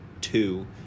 Two